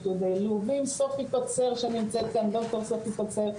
יהודי לוב ועם סופי קוצר שנמצאת כאן ד"ר סופי קוצר,